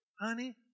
Honey